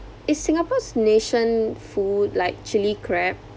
is Singapore's nation food like chili crab